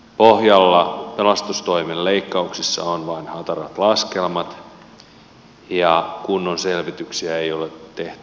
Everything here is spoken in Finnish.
pohjalla pelastustoimen leikkauksissa ovat vain hatarat laskelmat ja kunnon selvityksiä ei ole tehty